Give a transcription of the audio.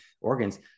organs